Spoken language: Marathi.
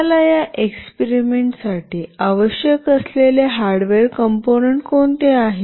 आम्हाला या एक्सपेरिमेंटसाठी आवश्यक असलेले हार्डवेअर कंपोनंट कोणते आहेत